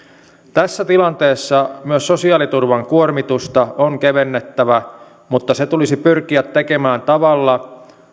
tässä tilanteessa myös sosiaaliturvan kuormitusta on kevennettävä mutta se tulisi pyrkiä tekemään tavalla